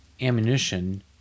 ammunition